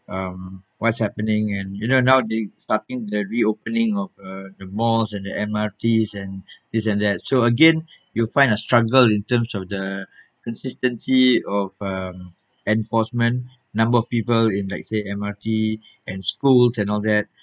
um what's happening and you know now they starting the reopening of uh the malls and the M_R_Ts and this and that so again you'll find a struggle in terms of the consistency of um enforcement number of people in let's say M_R_T and school and all that